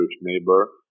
neighbor